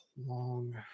long